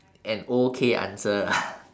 an okay answer lah